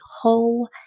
whole